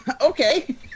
Okay